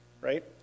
right